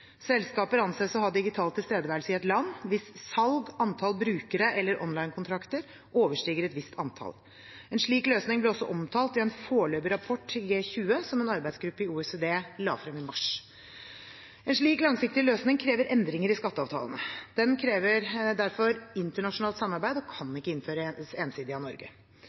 Selskaper anses å ha digital tilstedeværelse i et land hvis salg, antall brukere eller online-kontrakter overstiger et visst antall. En slik løsning ble også omtalt i en foreløpig rapport til G20 som en arbeidsgruppe i OECD la frem i mars. En slik langsiktig løsning krever endringer i skatteavtalene. Den krever derfor internasjonalt samarbeid og kan ikke innføres ensidig av Norge.